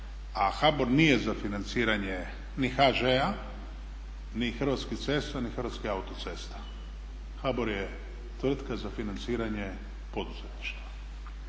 a HBOR nije za financiranje ni HŽ-a, ni Hrvatskih cesta, ni Hrvatskih autocesta. HBOR je tvrtka za financiranje poduzetništva